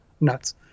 nuts